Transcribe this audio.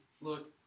look